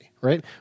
right